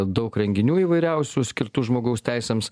daug renginių įvairiausių skirtų žmogaus teisėms